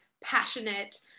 passionate